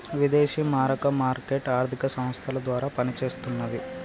విదేశీ మారక మార్కెట్ ఆర్థిక సంస్థల ద్వారా పనిచేస్తన్నది